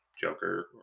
Joker